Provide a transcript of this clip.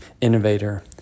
innovator